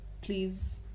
Please